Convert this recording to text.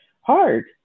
hard